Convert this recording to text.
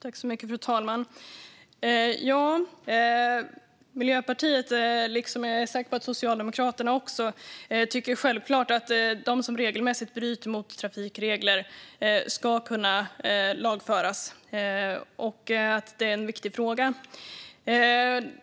Fru talman! Miljöpartiet, och säkert också Socialdemokraterna, tycker självfallet att de som regelmässigt bryter mot trafikreglerna ska kunna lagföras. Det är en viktig fråga.